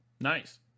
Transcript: Nice